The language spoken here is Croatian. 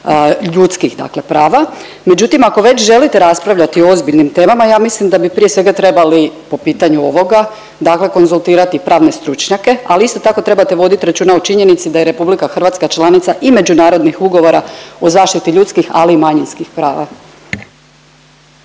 ljudskih dakle prava, međutim, ako već želite raspravljati o ozbiljnim temama, ja mislim da bi prije svega trebali po pitanju ovoga dakle konzultirali pravne stručnjake, ali isto tako, trebate voditi računa o činjenici da je RH članica i međunarodnih ugovora u zaštiti ljudskih, ali i manjinskih prava.